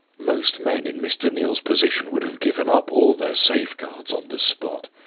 most men in mr. neal's position would have given up all their safeguards on the spot.